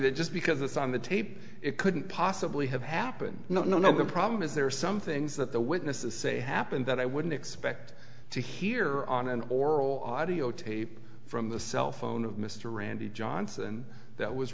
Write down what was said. that just because it's on the tape it couldn't possibly have happened no no no the problem is there are some things that the witnesses say happened that i wouldn't expect to hear on an oral audio tape from the cell phone of mr randy johnson that was